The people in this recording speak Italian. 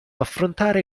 affrontare